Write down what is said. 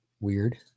Weird